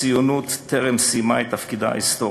הציונות טרם סיימה את תפקידה ההיסטורי.